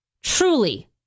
truly